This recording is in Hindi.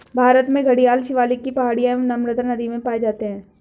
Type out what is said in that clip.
भारत में घड़ियाल शिवालिक की पहाड़ियां एवं नर्मदा नदी में पाए जाते हैं